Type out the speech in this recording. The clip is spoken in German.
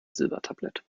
silbertablett